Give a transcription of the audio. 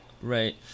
Right